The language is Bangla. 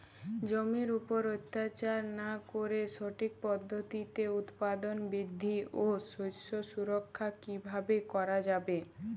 জমির উপর অত্যাচার না করে সঠিক পদ্ধতিতে উৎপাদন বৃদ্ধি ও শস্য সুরক্ষা কীভাবে করা যাবে?